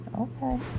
Okay